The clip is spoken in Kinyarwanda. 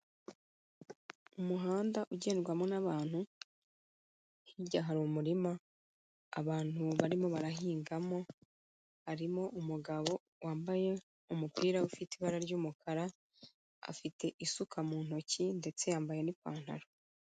Umuhanda ugendwamo n'abantu, hirya hari umurima abantu barimo barahingamo, harimo umugabo wambaye umupira ufite ibara ry'umukara, afite isuka mu ntoki ndetse yambaye n'ipantaro.